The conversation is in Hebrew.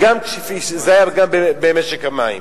וזה היה גם במשק המים,